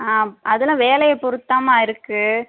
ஆ அதெல்லாம் வேலையைப் பொறுத்துதாம்மா இருக்குது